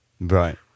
Right